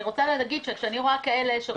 אני רוצה להגיד שכשאני רואה כאלה שרוצים,